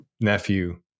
nephew